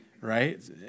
right